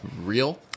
real